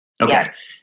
Yes